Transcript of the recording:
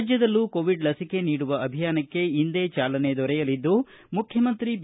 ರಾಜ್ಯದಲ್ಲೂ ಕೋವಿಡ್ ಲಸಿಕೆ ನೀಡುವ ಅಭಿಯಾನಕ್ಕೆ ಇಂದೇ ಚಾಲನೆ ದೊರೆಯಲಿದ್ದು ಮುಖ್ಯಮಂತ್ರಿ ಬಿ